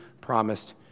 promised